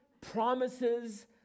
promises